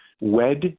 wed